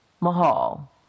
Mahal